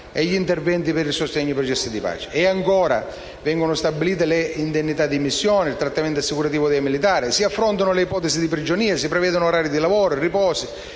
e gli interventi per il sostegno dei processi di pace. E ancora: vengono stabilite le indennità di missione e il trattamento assicurativo dei militari, si affrontano le ipotesi di prigionia, si prevedono orari di lavoro, riposi,